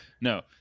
No